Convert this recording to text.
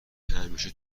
همیشه